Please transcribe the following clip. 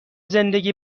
زندگی